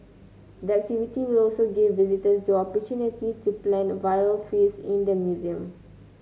the activity will also give visitors the opportunity to plant virtual trees in the museum